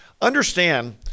understand